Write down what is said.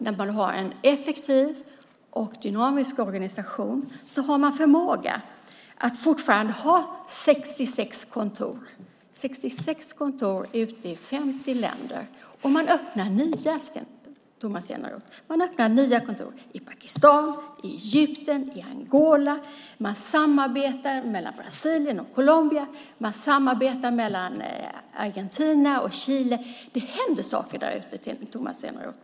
När man har en effektiv och dynamisk organisation har man förmåga att fortfarande ha 66 kontor. Det finns 66 kontor ute i 50 länder, och man öppnar nya, Tomas Eneroth. Man öppnar nya kontor i Pakistan, Egypten och Angola. Man samarbetar med Brasilien och Colombia och med Argentina och Chile. Det händer saker där ute, Tomas Eneroth!